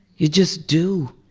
you just do.